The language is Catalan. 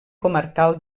comarcal